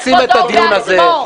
אתם הורסים את הדיון הזה,